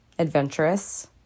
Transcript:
Adventurous